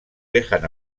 dejan